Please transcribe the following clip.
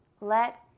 Let